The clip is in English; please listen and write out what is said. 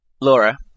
Laura